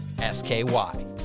S-K-Y